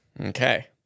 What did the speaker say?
Okay